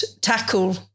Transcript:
tackle